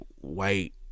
white